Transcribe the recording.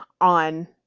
on